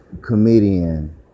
comedian